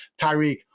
Tyreek